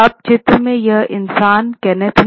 अब चित्र में यह इंसान केनेथ ले